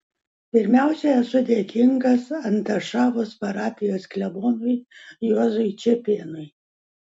pirmiausia esu dėkingas antašavos parapijos klebonui juozui čepėnui